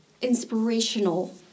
inspirational